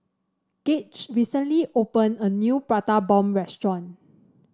Gauge recently opened a new Prata Bomb restaurant